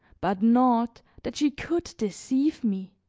but not that she could deceive me.